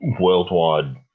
worldwide